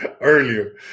earlier